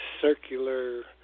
circular